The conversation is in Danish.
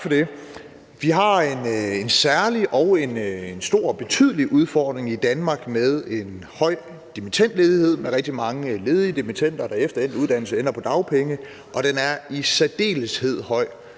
Vi har en særlig og en stor og betydelig udfordring i Danmark med en høj dimittendledighed – rigtig mange ledige dimittender ender efter endt uddannelse på dagpenge – og den er i særdeleshed høj